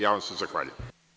Ja vam se zahvaljujem.